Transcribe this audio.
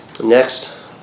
next